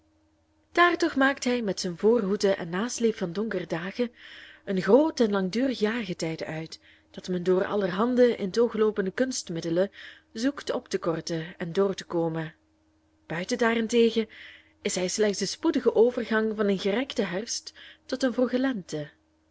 daar toch maakt hij met zijne voorhoede en nasleep van donkere dagen een groot en langdurig jaargetijde uit dat men door allerhande in t oog loopende kunstmiddelen zoekt op te korten en door te komen buiten daarentegen is hij slechts de spoedige overgang van een gerekten herfst tot een vroege lente